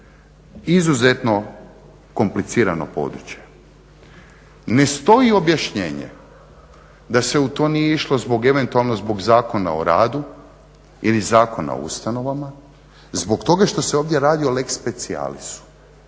Izuzetno komplicirano područje. Ne stoji objašnjenje da se u to nije išlo eventualno zbog Zakona o radu ili Zakona o ustanovama zbog toga što se ovdje radi o lex specialisu